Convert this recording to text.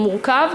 ומורכב,